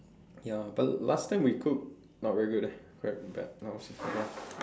ya but last time we cook not very good leh quite bad